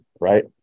right